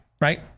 right